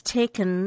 taken